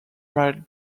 might